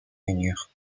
rainures